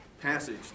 passage